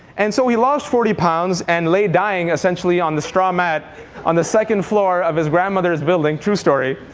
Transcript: and so he lost forty pounds and lay dying essentially on the straw mat on the second floor of his grandmother's building true story.